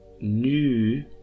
new